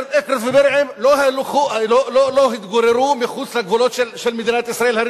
אקרית ובירעם לא התגוררו מחוץ לגבולות הריבוניים של מדינת ישראל.